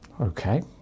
Okay